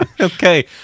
Okay